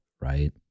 right